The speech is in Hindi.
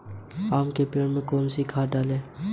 आम के पेड़ में कौन सी खाद डालें?